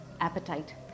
appetite